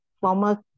former